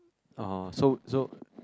oh so so